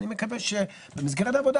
אני מקווה שבמסגרת העבודה,